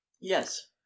Yes